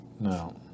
No